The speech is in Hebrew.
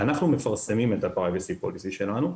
אנחנו מפרסמים את ה-Privacy Policy שלנו,